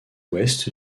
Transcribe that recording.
ouest